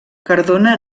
cardona